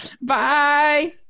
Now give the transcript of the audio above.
Bye